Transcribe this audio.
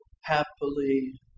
happily